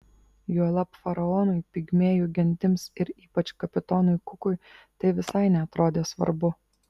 juolab faraonui pigmėjų gentims ir ypač kapitonui kukui tai visai neatrodė svarbu